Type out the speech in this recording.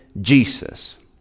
Jesus